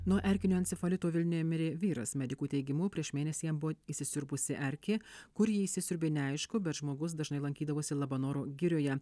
nuo erkinio encefalito vilniuje mirė vyras medikų teigimu prieš mėnesį jam buvo įsisiurbusi erkė kur ji įsisiurbė neaišku bet žmogus dažnai lankydavosi labanoro girioje